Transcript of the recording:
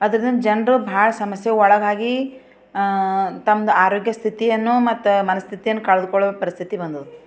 ಅದರಿಂದ ಜನರು ಭಾಳ ಸಮಸ್ಯೆಗೆ ಒಳಗಾಗಿ ತಮ್ದು ಆರೋಗ್ಯ ಸ್ಥಿತಿಯನ್ನು ಮತ್ತೆ ಮನಸ್ಥಿತಿಯನ್ನು ಕಳೆದುಕೊಳ್ಳೋ ಪರಿಸ್ಥಿತಿ ಬಂದಿದೆ